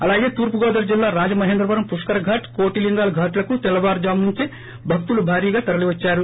అలాగే తూర్పుగోదావరి జిల్లా రాజమహేంద్రవరం పుష్కరఘాట్ కోటిలింగాల ఘాట్లకు తెల్లవారుజాము నుంచే భక్తులు భారీగా తరలీవద్చారు